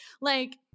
Like-